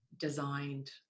designed